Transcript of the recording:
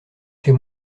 chez